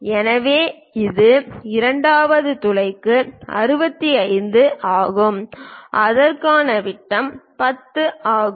எனவே இது இரண்டாவது துளைக்கு 65 ஆகும் அதற்கான விட்டம் 10 ஆகும்